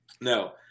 no